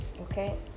okay